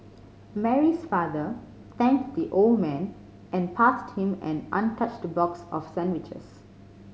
Mary's father thanked the old man and passed him an untouched box of sandwiches